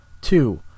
Two